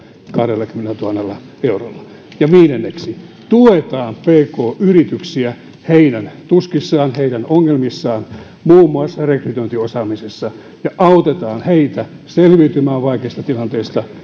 kahdellakymmenellätuhannella eurolla ja viidenneksi tuetaan pk yrityksiä niiden tuskissa niiden ongelmissa muun muassa rekrytointiosaamisessa ja autetaan niitä selviytymään vaikeista tilanteista